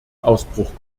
ausbruch